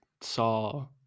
saw